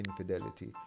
infidelity